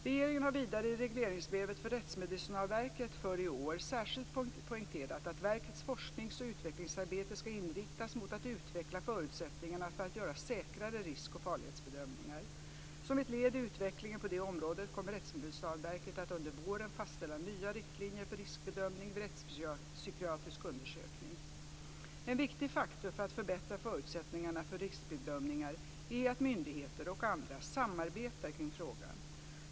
Regeringen har vidare i regleringsbrevet för Rättsmedicinalverket för år 2000 särskilt poängterat att verkets forsknings och utvecklingsarbete ska inriktas mot att utveckla förutsättningarna för att göra säkrare risk och farlighetsbedömningar. Som ett led i utvecklingen på detta område kommer Rättsmedicinalverket att under våren 2000 fastställa nya riktlinjer för riskbedömning vid rättspsykiatrisk undersökning. En viktig faktor för att förbättra förutsättningarna för riskbedömningar är att myndigheter och andra samarbetar kring frågan.